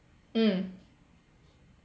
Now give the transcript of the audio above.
mm